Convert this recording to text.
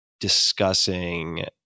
discussing